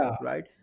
right